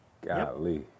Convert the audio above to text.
Golly